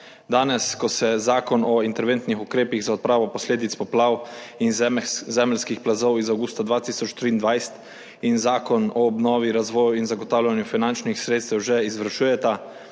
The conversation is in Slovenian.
Danes, ko se Zakon o interventnih ukrepih za odpravo posledic poplav in zemeljskih plazov iz avgusta 2023 in Zakon o obnovi, razvoju in zagotavljanju finančnih sredstev že izvršujeta,